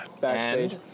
backstage